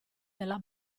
della